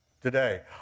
today